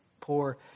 poor